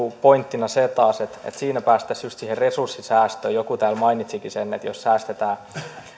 pointtina se taas että siinä päästäisiin just siihen resurssisäästöön joku täällä mainitsikin sen että jos säästetään